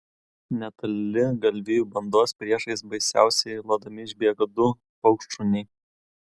netoli galvijų bandos priešais baisiausiai lodami išbėgo du paukštšuniai